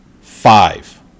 Five